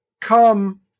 come